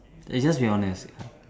just be honest